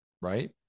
right